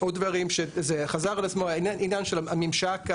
עוד דברים שחזרו על עצמם העניין של הממשק,